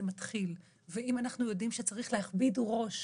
מתחיל ואם אנחנו יודעים שצריך להכביד ראש